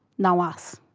no us.